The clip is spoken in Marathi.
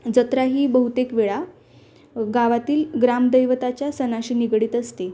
जत्रा ही बहुतेक वेळा गावातील ग्रामदैवताच्या सणाशी निगडीत असते